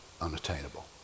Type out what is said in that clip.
unattainable